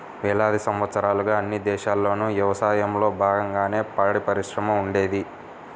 వేలాది సంవత్సరాలుగా అన్ని దేశాల్లోనూ యవసాయంలో బాగంగానే పాడిపరిశ్రమ ఉండేది